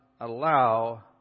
allow